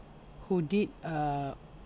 who did err